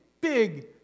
big